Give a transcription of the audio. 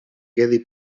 quedi